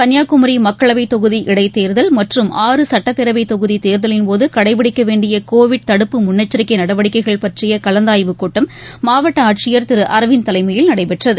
கள்னியாகுமரி மக்களவை தொகுதி இடைத்தேர்தல் மற்றும் ஆறு சட்டப்பேரவை தொகுதி தேர்தலின் போது கடைபிடிக்க வேண்டிய கோவிட் தடுப்பு முன்னெச்சரிக்கை நடவடிக்கைகள் பற்றிய கலந்தாய்வு கூட்டம் மாவட்ட ஆட்சியர் திரு அரவிந்த் தலைமையில் நடைபெற்றது